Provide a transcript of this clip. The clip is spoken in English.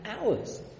hours